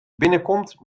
binnenkomt